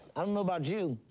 i don't know about you.